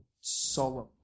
solemn